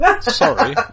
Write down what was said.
Sorry